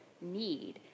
need